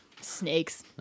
Snakes